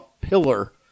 pillar